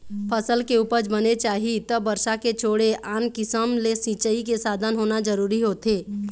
फसल के उपज बने चाही त बरसा के छोड़े आन किसम ले सिंचई के साधन होना जरूरी होथे